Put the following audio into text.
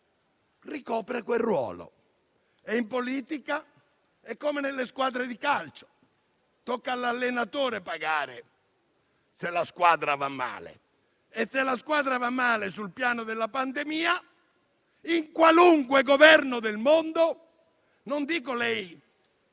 ricopre quel ruolo e in politica è come nelle squadre di calcio: tocca all'allenatore pagare se la squadra va male. E se la squadra va male sul piano della pandemia, in qualunque Governo del mondo, non dico che